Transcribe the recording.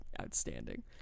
outstanding